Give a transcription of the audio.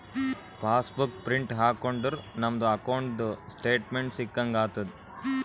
pass book print ಹಾಕೊಂಡುರ್ ನಮ್ದು ಅಕೌಂಟ್ದು ಸ್ಟೇಟ್ಮೆಂಟ್ ಸಿಕ್ಕಂಗ್ ಆತುದ್